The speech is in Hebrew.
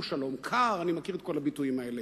הוא שלום קר, אני מכיר את כל הביטויים האלה.